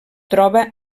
troba